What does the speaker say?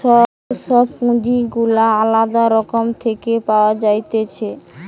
যে সব পুঁজি গুলা আলদা রকম থেকে পাওয়া যাইতেছে